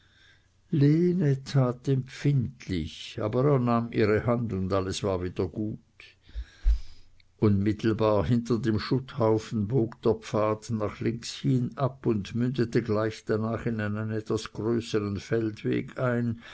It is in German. empfindlich aber er nahm ihre hand und alles war wieder gut unmittelbar hinter dem schutthaufen bog der pfad nach links hin ab und mündete gleich danach in einen etwas größeren feldweg ein